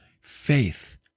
faith